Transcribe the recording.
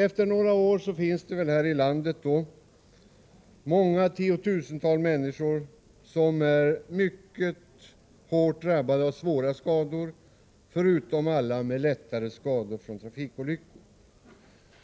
Efter några år finns det alltså i landet många tiotusental människor som är mycket hårt drabbade av svåra skador, förutom alla med lättare skador från trafikolyckor.